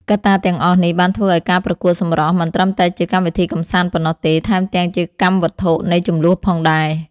កត្តាទាំងអស់នេះបានធ្វើឱ្យការប្រកួតសម្រស់មិនត្រឹមតែជាកម្មវិធីកម្សាន្តប៉ុណ្ណោះទេ ថែមទាំងជាកម្មវត្ថុនៃជម្លោះផងដែរ។